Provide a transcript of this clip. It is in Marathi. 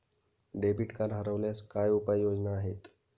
डेबिट कार्ड हरवल्यास काय उपाय योजना आहेत?